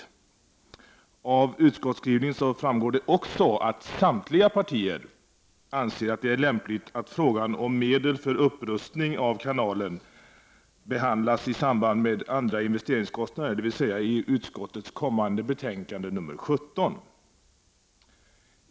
Också av utskottsskrivningen framgår att samtliga partier anser att det är lämpligt att frågan om medel för upprustning av kanalen behandlas i samband med andra investeringskostnader, dvs. i utskottets kommande betänkande nr 17.